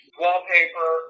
wallpaper